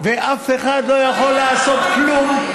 ואף אחד לא יכול לעשות כלום.